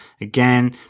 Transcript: again